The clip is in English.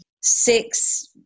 six